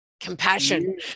Compassion